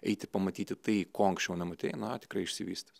eiti pamatyti tai ko anksčiau nematei na tikrai išsivystys